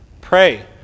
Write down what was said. Pray